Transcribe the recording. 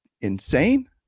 insane